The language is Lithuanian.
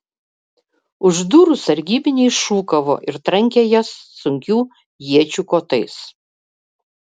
už durų sargybiniai šūkavo ir trankė jas sunkių iečių kotais